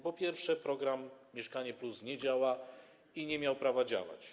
Przede wszystkim program „Mieszkanie+” nie działa i nie miał prawa działać.